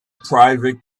private